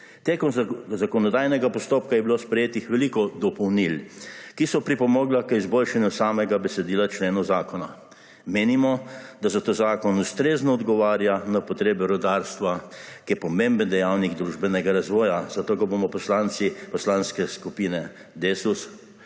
Tekom zakonodajnega postopka je bilo sprejetih veliko dopolnil, ki so pripomogla k izboljšanju samega besedila členov zakona. Menimo, da zato zakon ustrezno odgovarja na potrebe rudarstva, ki je pomemben dejavnik družbenega razvoja. Zato ga bomo poslanci Poslanske skupine DeSUS